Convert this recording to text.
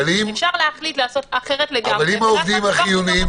אפשר להחליט לעשות אחרת לגמרי ולהכניס לתוך